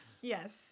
Yes